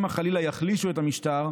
שמא חלילה יחלישו את המשטר,